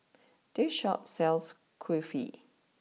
this Shop sells Kulfi